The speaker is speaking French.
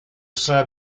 sein